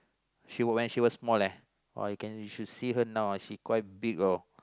she wa~ when she was small eh you should see her now ah she quite big orh